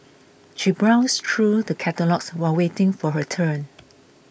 she browsed through the catalogues while waiting for her turn